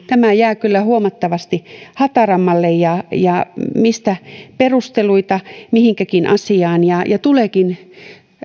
tämä jää kyllä huomattavasti hatarammalle ja mistä perusteluita mihinkäkin asiaan tuleekin